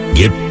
get